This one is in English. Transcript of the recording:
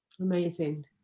Amazing